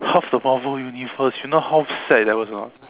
half the Marvel universe you know how sad that was or not